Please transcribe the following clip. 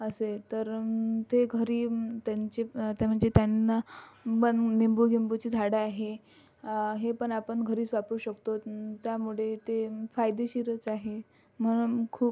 असे तर ते घरी त्यांचे त्यांचे त्यांना बन लिंबू लिंबूचे झाडं आहे हे पण आपण घरीच वापरू शकतो त्यामुळे ते फायदेशीरच आहे म्हणून खूप